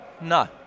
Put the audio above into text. No